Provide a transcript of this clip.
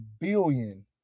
billion